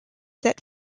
that